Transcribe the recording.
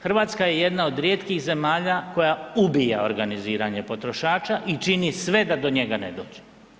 Hrvatska je jedna od rijetkih zemalja koja ubija organiziranje potrošača i čini sve da do njega ne dođe.